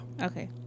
Okay